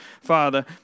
Father